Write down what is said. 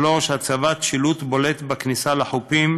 3. הצבת שילוט בולט בכניסה לחופים,